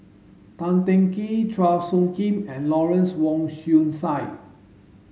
Tan Teng Kee Chua Phung Kim and Lawrence Wong Shyun Tsai